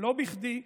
לא בכדי.